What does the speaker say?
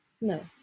no